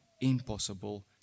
impossible